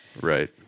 Right